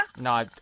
No